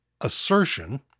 assertion